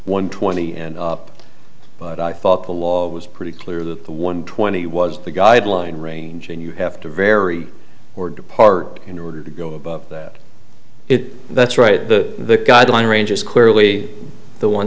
one twenty and up but i thought the law was pretty clear that one twenty was the guideline range and you have to vary or depart in order to go above it that's right the guideline range is clearly the one